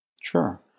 Sure